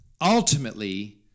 Ultimately